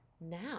now